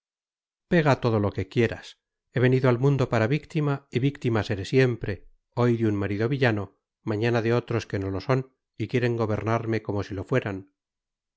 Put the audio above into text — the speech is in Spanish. pega todo lo que quieras he venido al mundo para víctima y víctima seré siempre hoy de un marido villano mañana de otros que no lo son y quieren gobernarme como si lo fueran